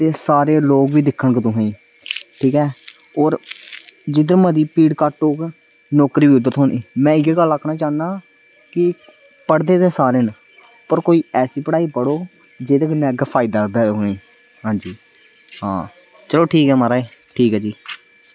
एह् सारे लोग बी दिक्खन तुसेंगी ठीक ऐ होर जिद्धर मरज़ी भीड़ घट्ट होग नौकरी उद्धर थ्होनी में इयै गल्ल आक्खना चाह्नां कि पढ़दे ते सारे न पर कोई ऐसी पढ़ाई पढ़ो जेह्दे कन्नै अग्गें फायदा आह्गा तुसेंगी आं जी आं चलो ठीक ऐ म्हाराज ठीक ऐ जी